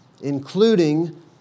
including